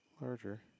larger